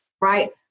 right